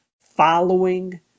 following